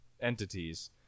entities